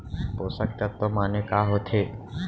पोसक तत्व माने का होथे?